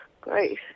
Great